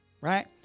right